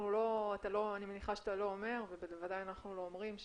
אני מניחה שאתה לא אומר ובוודאי אנחנו לא אומרים,